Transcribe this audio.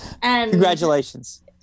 Congratulations